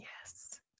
Yes